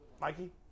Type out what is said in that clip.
Mikey